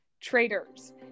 Traders